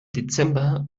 dezember